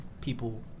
people